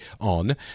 on